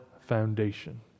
foundation